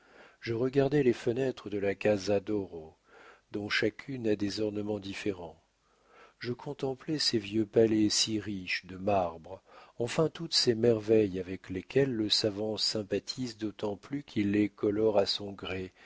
je regardais les fenêtres de la casa doro dont chacune a des ornements différents je contemplais ses vieux palais si riches de marbre enfin toutes ces merveilles avec lesquelles le savant sympathise d'autant plus qu'il les colore à son gré